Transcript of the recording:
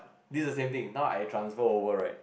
this is the same thing now I transfer over right